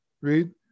Read